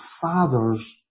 father's